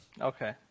Okay